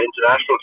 international